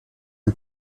une